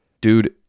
Dude